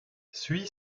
suis